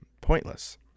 pointless